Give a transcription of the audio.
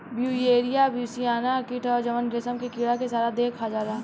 Beauveria bassiana कीट ह जवन रेशम के कीड़ा के सारा देह खा जाला